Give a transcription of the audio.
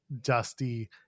Dusty